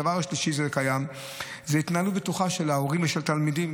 הדבר השלישי שקיים זאת התנהלות בטוחה של ההורים ושל התלמידים,